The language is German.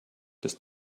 bis